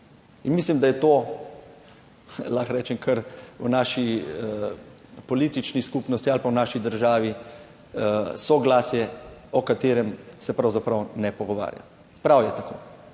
In mislim, da je to, lahko rečem, kar v naši politični skupnosti ali pa v naši državi soglasje, o katerem se pravzaprav ne pogovarja. Prav je tako.